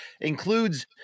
includes